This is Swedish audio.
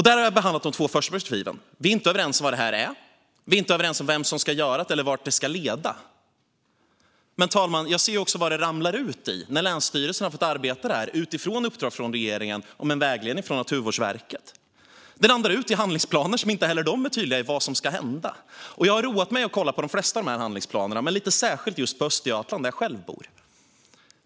Nu har jag behandlat de två första perspektiven. Vi är inte överens om vad det här är, och vi är inte överens om vem som ska göra det eller vart det ska leda. Men, fru talman, jag ser också vad det landar i när länsstyrelsen har fått arbeta med det här utifrån uppdrag från regeringen och med vägledning från Naturvårdsverket. Det landar i handlingsplaner som inte är tydliga med vad som ska hända. Jag har roat mig med att kolla på de flesta av dessa handlingsplaner, men jag har kollat lite särskilt på Östergötland, där jag själv bor.